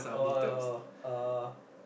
oh oh oh uh